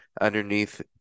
underneath